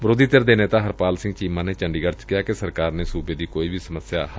ਵਿਰੋਧੀ ਧਿਰ ਦੇ ਨੇਤਾ ਹਰਪਾਲ ਸਿੰਘ ਚੀਮਾ ਨੇ ਚੰਡੀਗੜ੍ਹ ਚ ਕਿਹਾ ਕਿ ਸਰਕਾਰ ਨੇ ਸੂਬੇ ਦੀ ਕੋਈ ਵੀ ਸਮੱਸਿਆ ਹੱਲ ਨਹੀ ਕੀਤੀ